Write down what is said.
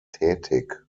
tätig